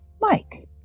Mike